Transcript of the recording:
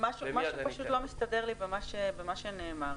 משהו לא מסתדר לי במה שנאמר.